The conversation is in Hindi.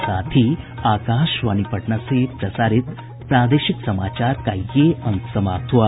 इसके साथ ही आकाशवाणी पटना से प्रसारित प्रादेशिक समाचार का ये अंक समाप्त हुआ